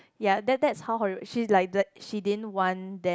ya that that's how horrible she's like that she didn't want them